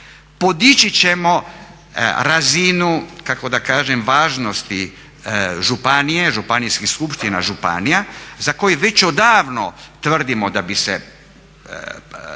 podići ćemo razinu, kako da kažem, važnosti županije, županijskih skupština županija za koji već odavno tvrdimo da bi se